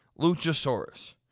Luchasaurus